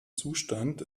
zustand